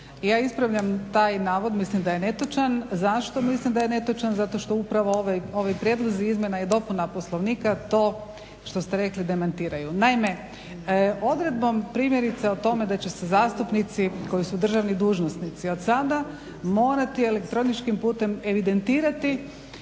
Ja ispravljam taj navod, mislim da je netočan. Zašto mislim da je netočan? Zato što upravo ovi prijedlozi izmjena i dopuna Poslovnika to što ste rekli demantiraju. Naime, odredbom primjerice o tome da će se zastupnici koji su državni dužnosnici od sada morati elektroničkim putem evidentirati